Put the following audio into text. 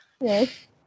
Yes